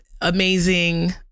amazing